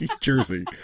Jersey